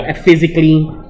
physically